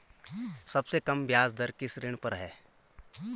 सबसे कम ब्याज दर किस ऋण पर है?